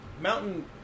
mountain